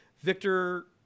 Victor